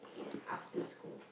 ya after school